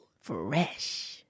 Fresh